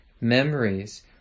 memories